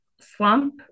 slump